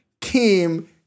came